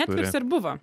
netflikse ir buvo